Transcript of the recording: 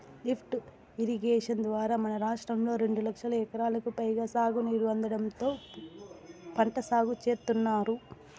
lift irrigation ద్వారా మన రాష్ట్రంలో రెండు లక్షల ఎకరాలకు పైగా సాగునీరు అందడంతో పంట సాగు చేత్తున్నారు